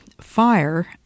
Fire